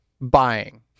buying